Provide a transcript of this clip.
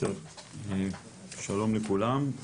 שלום לכולם.